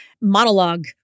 monologue